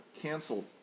canceled